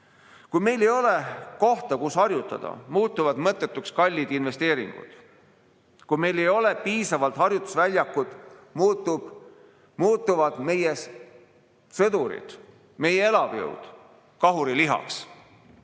Kui meil ei ole kohta, kus harjutada, muutuvad mõttetuks kallid investeeringud. Kui meil ei ole piisavalt harjutusväljakuid, muutuvad meie sõdurid, meie elavjõud, kahurilihaks.